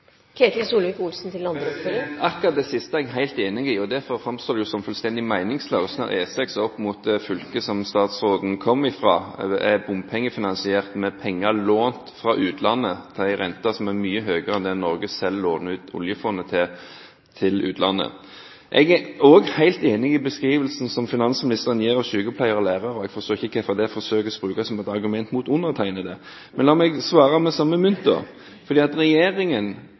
Akkurat det siste er jeg helt enig i, og derfor framstår det som fullstendig meningsløst at E6 opp mot fylket som statsråden kommer fra, er bompengefinansiert med penger lånt fra utlandet til en rente som er mye høyere enn det Norge selv låner ut fra oljefondet til utlandet. Jeg er også helt enig i beskrivelsen som finansministeren gir av sykepleiere og lærere. Jeg forstår ikke hvorfor det forsøkes brukt som et argument mot undertegnede. Men la meg svare med samme mynt, fordi regjeringen